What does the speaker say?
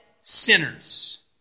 sinners